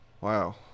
wow